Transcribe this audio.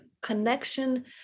connection